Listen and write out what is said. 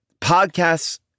podcasts